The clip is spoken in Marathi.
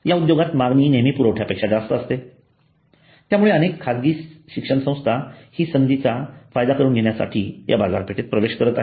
या उद्योगात मागणी नेहमी पुरवठ्यापेक्षा जास्त असते त्यामुळे अनेक खाजगी संस्था हि संधीचा फायदा करून घेण्यासाठी या बाजारपेठेत प्रवेश करत आहेत